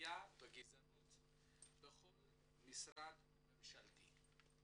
אפליה בגזענות בכל משרד ממשלתי,